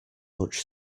much